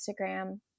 Instagram